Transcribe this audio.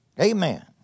Amen